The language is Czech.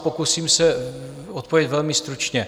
Pokusím se odpovědět velmi stručně.